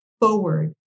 forward